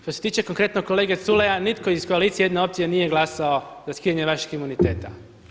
Što se tiče konkretnog kolege Culeja nitko iz koalicije Jedina opcija nije glasao za skidanje vašeg imuniteta.